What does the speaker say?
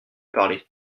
parler